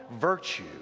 virtue